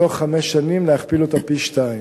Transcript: בתוך חמש שנים, להכפיל אותה, פי-שניים.